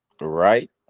right